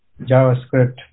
JavaScript